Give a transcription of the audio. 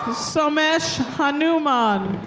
somesh hanuman.